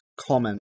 Comment